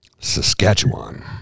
Saskatchewan